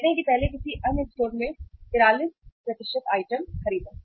कहते हैं कि पहले किसी अन्य स्टोर में 43 आइटम खरीदें